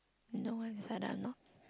no one decided I'm not